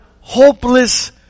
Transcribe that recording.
hopeless